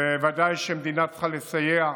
ודאי שהמדינה צריכה לסייע,